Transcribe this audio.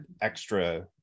extra